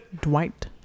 Dwight